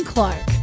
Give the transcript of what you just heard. Clark